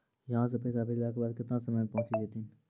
यहां सा पैसा भेजलो के बाद केतना समय मे पहुंच जैतीन?